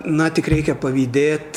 na tik reikia pavydėt